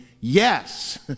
yes